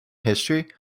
history